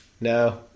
No